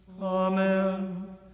Amen